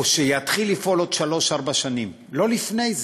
או שיתחיל לפעול עוד שלוש-ארבע שנים, לא לפני זה.